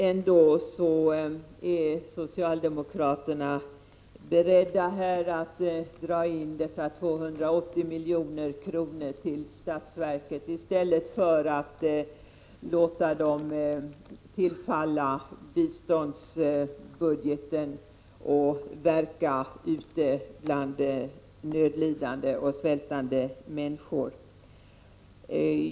Ändå är socialdemokraterna beredda att dra in dessa 280 milj.kr. till statsverket i stället för att låta dem tillfalla biståndsbudgeten och verka ute bland nödlidande och svältande människor.